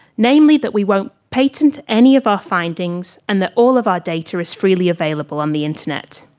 namely that we won't patent any of our findings and that all of our data is freely available on the internet.